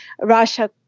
Russia